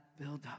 buildup